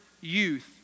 youth